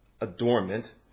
adornment